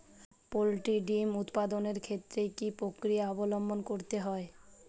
Poultry ডিম উৎপাদনের ক্ষেত্রে কি পক্রিয়া অবলম্বন করতে হয়?